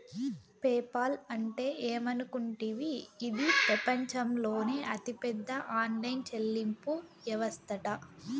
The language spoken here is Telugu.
పేపాల్ అంటే ఏమనుకుంటివి, ఇది పెపంచంలోనే అతిపెద్ద ఆన్లైన్ చెల్లింపు యవస్తట